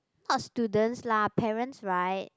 not students lah parents right